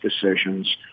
decisions